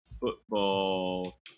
football